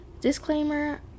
disclaimer